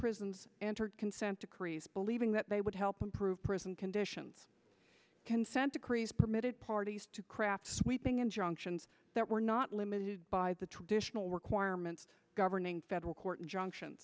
prisons answered consent decrees believing that they would help improve prison conditions consent decrees permitted parties to craft sweeping injunctions that were not limited by the traditional requirements governing federal court injunction